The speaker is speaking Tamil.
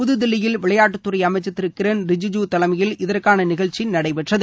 புதுதில்லியில் விளையாட்டுத் துறை அமைச்சர் திரு கிரண் ரிஜிஜு தலைமையில் இதற்கான நிகழ்ச்சி நடைபெற்றது